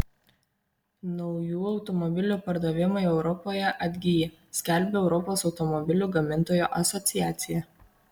naujų automobilių pardavimai europoje atgyja skelbia europos automobilių gamintojų asociacija